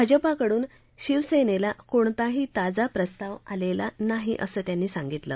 भाजपाकडून शिवसेनेला कोणताही ताजा प्रस्ताव आलेला नाही असं त्यांनी सांगितलं